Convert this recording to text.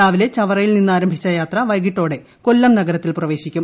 രാവിലെ ചവറയിൽ നിന്ന് ആരംഭിച്ച യാത്ര വൈകിട്ടോടെ കൊല്ലം നഗരത്തിൽ പ്രവേശിക്കും